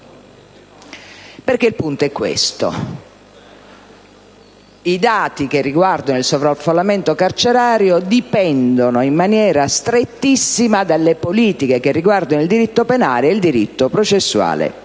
Il punto è questo. I dati che riguardano il sovraffollamento carcerario dipendono in maniera strettissima dalle politiche che riguardano il diritto penale e il diritto processuale